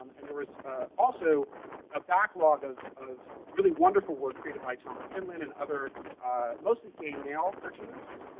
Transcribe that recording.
um and there was also a backlog of of really wonderful work created by tom of finland and other mostly gay male cartoonists.